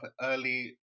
early